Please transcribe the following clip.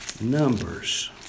Numbers